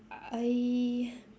I